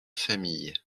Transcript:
famille